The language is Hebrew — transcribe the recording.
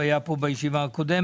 הוא היה פה בישיבה הקודמת.